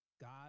God